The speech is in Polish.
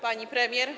Pani Premier!